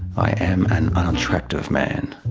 i am an unattractive man.